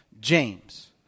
James